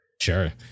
Sure